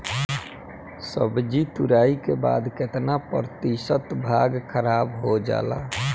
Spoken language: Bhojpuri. सब्जी तुराई के बाद केतना प्रतिशत भाग खराब हो जाला?